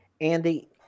Andy